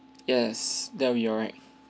yes that will be alright